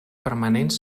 permanents